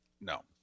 No